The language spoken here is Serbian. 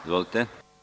Izvolite.